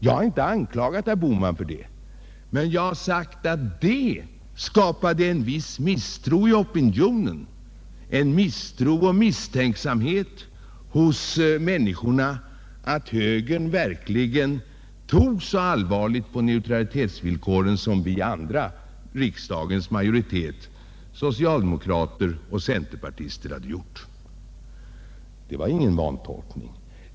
Jag har inte anklagat herr Bohman för det, men jag har sagt att det skapade en viss misstro hos opinionen och en tveksamhet, om högern verkligen tog så allvarligt på neutralitetsvillkoren som riksdagens majoritet — socialdemokratin och centerpartiet — hade gjort. Det var ingen vantolkning.